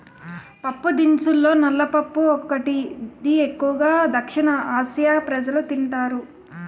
పప్పుదినుసుల్లో నల్ల పప్పు ఒకటి, ఇది ఎక్కువు గా దక్షిణఆసియా ప్రజలు తింటారు